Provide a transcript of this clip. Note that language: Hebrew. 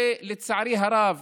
ולצערי הרב